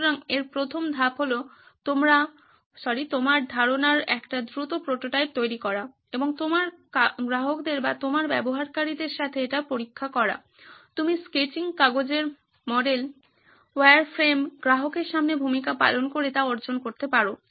সুতরাং এর প্রথম ধাপ হল তোমার ধারনার একটি দ্রুত প্রোটোটাইপ তৈরি করা এবং তোমার গ্রাহকদের বা তোমার ব্যবহারকারীদের সাথে এটি পরীক্ষা করা তুমি স্কেচিং কাগজের মডেল ওয়্যারফ্রেম গ্রাহকের সামনে ভূমিকা পালন করে তা অর্জন করতে পারো